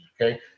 okay